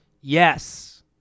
Yes